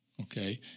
okay